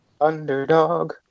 Underdog